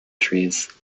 trees